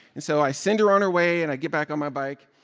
and so i send her on her way. and i get back on my bike.